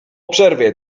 przerwie